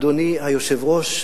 אדוני היושב-ראש,